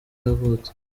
yavutse